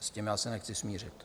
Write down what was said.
S tím já se nechci smířit.